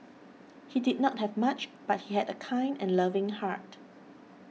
he did not have much but he had a kind and loving heart